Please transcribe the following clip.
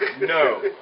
No